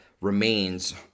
remains